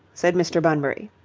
said mr. bunbury.